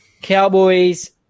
Cowboys